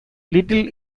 little